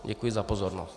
Děkuji za pozornost.